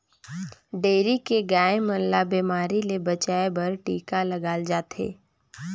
dairy के गाय मन ल बेमारी ले बचाये बर टिका लगाल जाथे